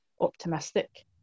optimistic